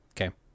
Okay